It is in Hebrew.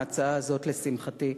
ההצעה הזאת, לשמחתי,